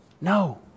No